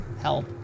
help